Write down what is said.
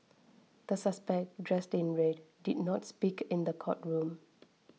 the suspect dressed in red did not speak in the courtroom